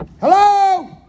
Hello